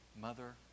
mother